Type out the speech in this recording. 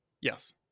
Yes